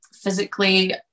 Physically